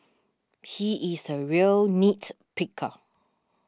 he is a real nits picker